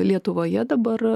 lietuvoje dabar